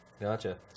Gotcha